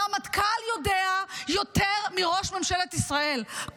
הרמטכ"ל יודע יותר מראש ממשלת ישראל,